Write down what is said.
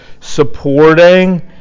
supporting